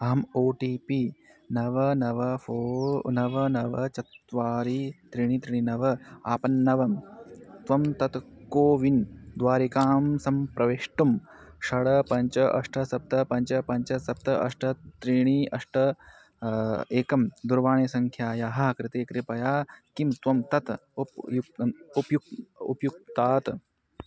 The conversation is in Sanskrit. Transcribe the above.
अहम् ओ टि पि नव नव फ़ो नव नव चत्वारि त्रीणि त्रि नव आपन्नवम् त्वं तत् कोविन् द्वारिकां सम्प्रवेष्टुं षड् पञ्च अष्ट सप्त पञ्च पञ्च सप्त अष्ट त्रीणि अष्ट एकं दूरवाणीसङ्ख्यायाः कृते कृपया किं त्वं तत् उप् युक् उप्युक्त् उपयुङ्क्तात्